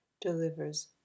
delivers